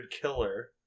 killer